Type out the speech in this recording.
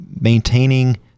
maintaining